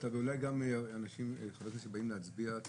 אבל אולי גם חברי כנסת שרק באים להצביע בלי להשתתף בדיון,